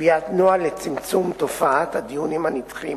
קביעת נוהל לצמצום תופעת הדיונים הנדחים,